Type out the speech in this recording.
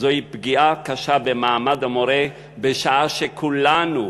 זוהי פגיעה קשה במעמד המורה בשעה שכולנו